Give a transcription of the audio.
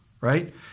right